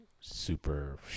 super